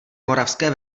moravské